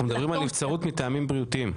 אנחנו מדברים על נבצרות מטעמים בריאותיים?